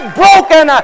broken